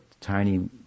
tiny